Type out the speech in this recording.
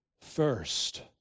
first